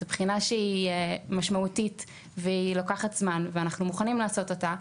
זו בחינה שהיא משמעותית והיא לוקחת זמן ואנחנו מוכנים לעשות אותה,